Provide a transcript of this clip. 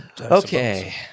Okay